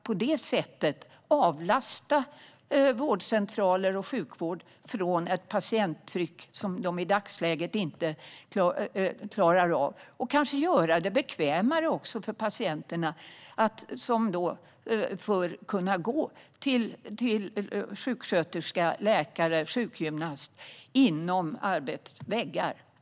På det sättet kan vi avlasta vårdcentraler och sjukvård från ett patienttryck som de i dagsläget inte klarar av och kanske också göra det bekvämare för patienterna att, som förr, gå till sjuksköterska, läkare eller sjukgymnast inom arbetsplatsens väggar.